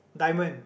diamond